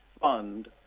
Fund